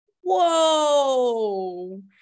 whoa